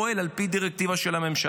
אבל צה"ל פועל על פי דירקטיבה של הממשלה.